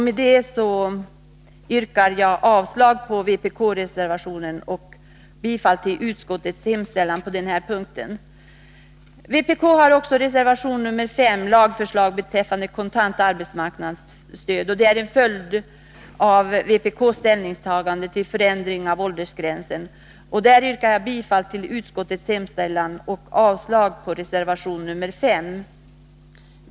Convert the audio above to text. Med detta yrkar jag avslag på vpk-reservationen och bifall till utskottets hemställan i motsvarande avseende. Reservation nr 5 från vpk med lagförslag beträffande kontant arbetsmarknadsstöd är en följd av vpk:s ställningstagande till förändring av åldersgränsen. I det avseendet yrkar jag bifall till utskottets hemställan och avslag på reservation nr 5.